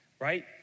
right